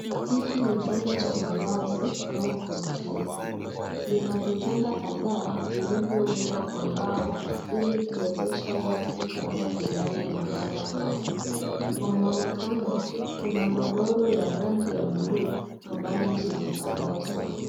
Hiki ni chumba cha malazi au hosteli. Lina vitanda kadhaa vilivyoundwa kwa mbao ili kuwezesha watu kadhaa kulala mahali hapo. Kwa muonekano kuna godoro ya rangi ya bluu ambazo zimetandazwa.